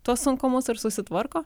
tuos sunkumus ir susitvarko